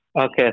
Okay